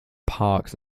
parks